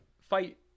fight